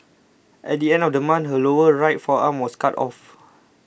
at the end of the month her lower right forearm was cut off